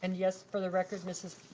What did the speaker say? and yes, for the record, mrs.